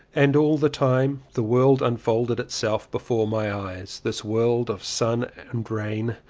and all the time the world unfolded itself before my eyes, this world of sun and rain,